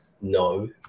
No